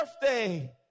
birthday